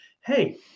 Hey